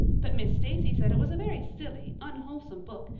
but miss stacy said it was a very silly, unwholesome book,